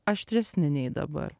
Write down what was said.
aštresni nei dabar